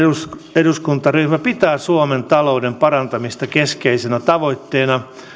eduskuntaryhmä pitää suomen talouden parantamista keskeisenä tavoitteena